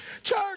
Church